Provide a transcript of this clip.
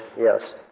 yes